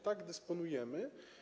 Tak, dysponujemy.